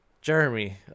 Jeremy